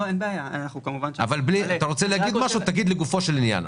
אם אתה רוצה להגיד משהו, תגיד לגופו של עניין.